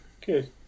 Good